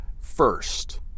first